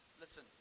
Listen